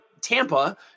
Tampa